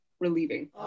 relieving